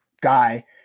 guy